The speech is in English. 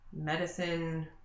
medicine